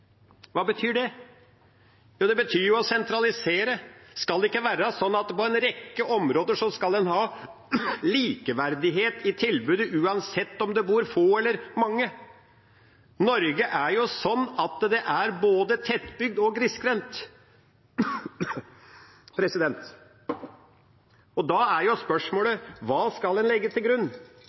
Hva betyr det? Jo, det betyr å sentralisere. Skal det ikke være sånn at en på en rekke områder skal ha likeverdighet i tilbudet uansett om det bor få eller mange et sted? Norge er jo sånn at det er både tettbygd og grisgrendt. Da er spørsmålet: Hva skal en legge til grunn?